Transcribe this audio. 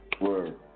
Word